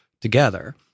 together